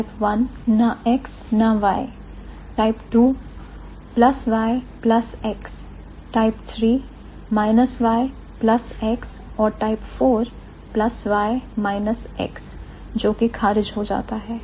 type I ना X ना Y type II plus Y plus X type III minus Y plus X और type IV plus Y minus X जो कि खारिज हो जाता है